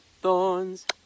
thorns